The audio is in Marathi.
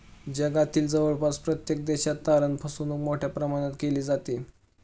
जगातील जवळपास प्रत्येक देशात तारण फसवणूक मोठ्या प्रमाणात केली जाते